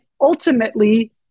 ultimately